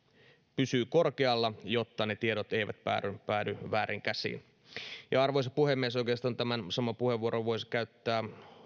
pysyy korkealla jotta ne tiedot eivät päädy päädy vääriin käsiin arvoisa puhemies oikeastaan tämän saman puheenvuoron voisin käyttää